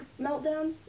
meltdowns